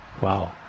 Wow